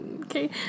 okay